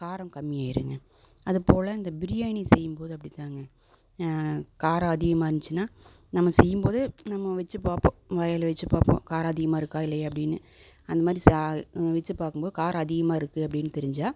காரம் கம்மியாயிடுங்க அது போல இந்த பிரியாணி செய்யும்போது அப்படிதாங்க காரம் அதிகமாக இருந்துச்சுன்னால் நம்ம செய்யும்போது நம்ம வச்சுப் பார்ப்போம் வாயில் வச்சுப் பார்ப்போம் காரம் அதிகமாக இருக்கா இல்லையா அப்படின்னு அந்தமாதிரி சா வச்சுப் பார்க்கும்போது காரம் அதிகமாக இருக்குது அப்படின்னு தெரிஞ்சா